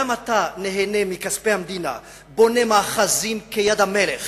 גם אתה נהנה מכספי המדינה, בונה מאחזים כיד המלך